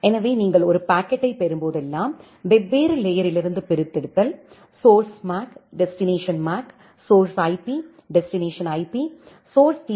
எனவே நீங்கள் ஒரு பாக்கெட்டைப் பெறும்போதெல்லாம் வெவ்வேறு லேயரிலிருந்து பிரித்தெடுத்தல் source mac destination MAC source IP destination IP source tea